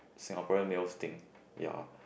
Singaporean males think ya